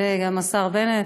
וגם השר בנט,